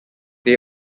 they